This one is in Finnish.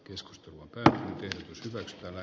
keskusta ja is vetistävä